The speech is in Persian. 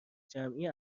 جمعی